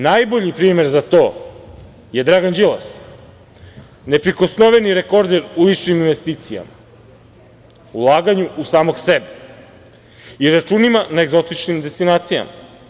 Najbolji primer za to je Dragan Đilas, neprikosnoveni rekorder u ličnim investicijama, u ulaganju u samog sebe i računima na egzotičnim destinacijama.